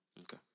Okay